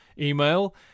email